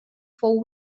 four